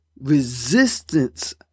resistance